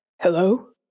hello